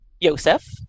Yosef